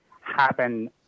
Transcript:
happen